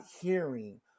hearing